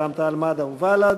רע"ם-תע"ל-מד"ע ובל"ד,